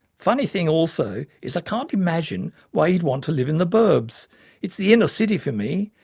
funny thing also is i can't imagine why you'd want to live in the burbs it's the inner city for me,